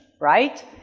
right